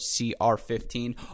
CR15